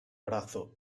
brazo